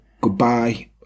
goodbye